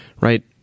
right